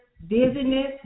Dizziness